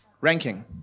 ranking